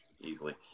easily